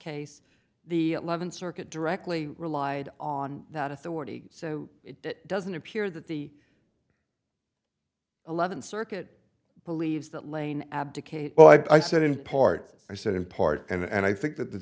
case the eleventh circuit directly relied on that authority so it doesn't appear that the eleventh circuit believes that lane abdicate well i said in part i said in part and i think that the